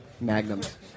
Magnums